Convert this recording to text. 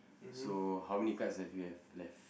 so how many cards have you have left